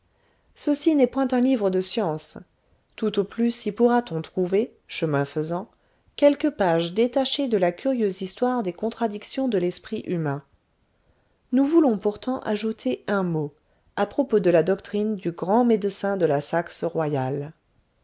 ceci n'est point un livre de science tout au plus y pourra-t-on trouver chemin faisant quelques pages détachées de la curieuse histoire des contradictions de l'esprit humain nous voulons pourtant ajouter un mot à propos de la doctrine du grand médecin de la saxe royale